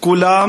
כולם